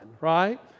right